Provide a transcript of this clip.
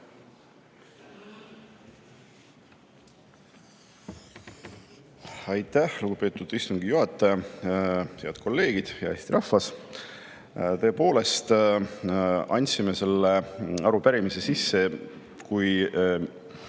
Aitäh, lugupeetud istungi juhataja! Head kolleegid! Hea Eesti rahvas! Tõepoolest andsime selle arupärimise sisse, kui